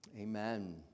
Amen